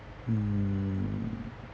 mm